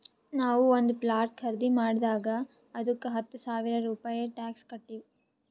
ನಾವು ಒಂದ್ ಪ್ಲಾಟ್ ಖರ್ದಿ ಮಾಡಿದಾಗ್ ಅದ್ದುಕ ಹತ್ತ ಸಾವಿರ ರೂಪೆ ಟ್ಯಾಕ್ಸ್ ಕಟ್ಟಿವ್